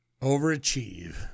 Overachieve